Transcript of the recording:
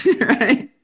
right